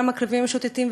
הכלבים המשוטטים,